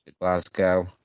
Glasgow